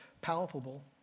palpable